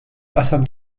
qasam